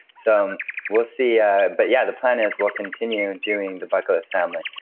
so we'll see ah but yeah, the plan is we'll continue doing the bucket list family.